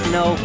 no